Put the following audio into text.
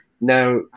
now